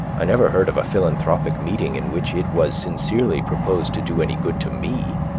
i never heard of a philanthropic meeting in which it was sincerely proposed to do any good to me,